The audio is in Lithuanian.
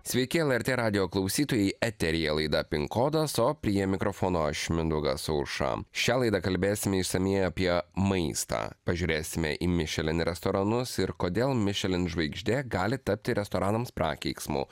sveiki lrt radijo klausytojai eteryje laida pin kodas o prie mikrofono aš mindaugas auša šią laidą kalbėsime išsamiai apie maistą pažiūrėsime į mišelin restoranus ir kodėl mišelin žvaigždė gali tapti restoranams prakeiksmu